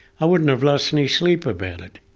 i wouldn't have lost any sleep about it,